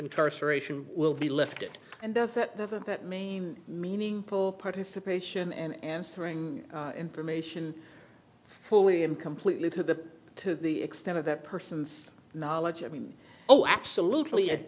incarceration will be lifted and does that doesn't that mean meaningful participation answering information fully and completely to the to the extent of that person's knowledge i mean oh absolutely it